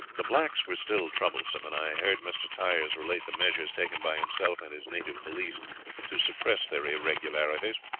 the blacks were still troublesome, and i heard mr. tyers relate the measures taken by himself and his native police to suppress their irregularities.